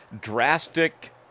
drastic